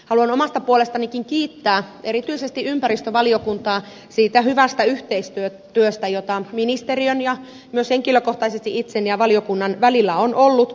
haluan omasta puolestanikin kiittää erityisesti ympäristövaliokuntaa siitä hyvästä yhteistyöstä jota ministeriön ja myös henkilökohtaisesti itseni ja valiokunnan välillä on ollut